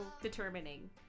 determining